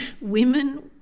women